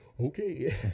okay